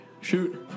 shoot